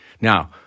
Now